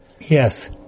Yes